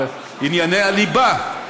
על ענייני הליבה.